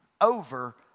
over